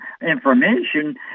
information